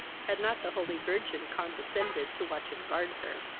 had not the holy virgin condescended to watch and guard her.